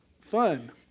fun